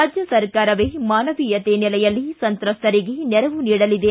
ರಾಜ್ಯ ಸರಕಾರವೇ ಮಾನವೀಯತೆ ನೆಲೆಯಲ್ಲಿ ಸಂತ್ರಸ್ಥರಿಗೆ ನೆರವು ನೀಡಲಿದೆ